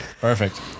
Perfect